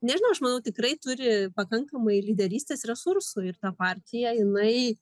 nežinau aš manau tikrai turi pakankamai lyderystės resursų ir ta partija jinai